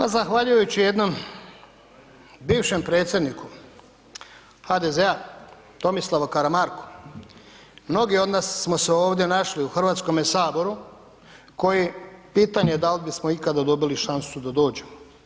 Ma zahvaljujući jednom bivšem predsjedniku HDZ-a, T. Karamarku mnogi od nas smo se ovdje našli u Hrvatskome saboru koji pitanje da li bismo ikad dobili šansu da dođemo.